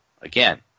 again